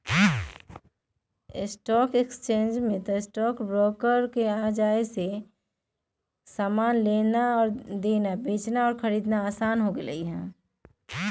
stock exchange में stock broker आऽ व्यापारी आर्थिक साधन सभके किनलक बेचलक